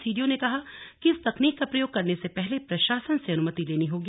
CDO ने कहा कि इस तकनीक का प्रयोग करने से पहले प्रशासन से अनुमति लेनी होगी